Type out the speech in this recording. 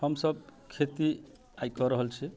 हम सभ खेती आइ कऽ रहल छियै